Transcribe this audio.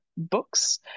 books